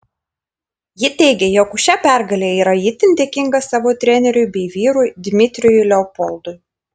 ji teigia jog už šią pergalę yra itin dėkinga savo treneriui bei vyrui dmitrijui leopoldui